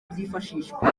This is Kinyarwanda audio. byifashishwa